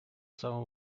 самом